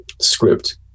script